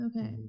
okay